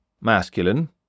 masculine